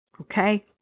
okay